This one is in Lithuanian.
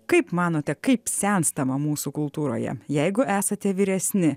kaip manote kaip senstama mūsų kultūroje jeigu esate vyresni